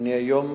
למעשה היום